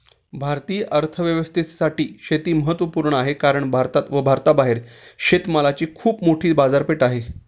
भारतीय अर्थव्यवस्थेसाठी शेती महत्वपूर्ण आहे कारण भारतात व भारताबाहेर शेतमालाची खूप मोठी बाजारपेठ आहे